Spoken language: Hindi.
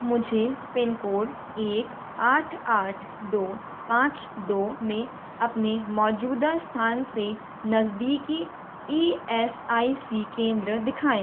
मुझे पिनकोड एक आठ आठ दो पाँच दो में अपने मौजूदा स्थान से नज़दीकी ई एस आई सी केंद्र दिखाएँ